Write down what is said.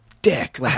Dick